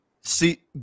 See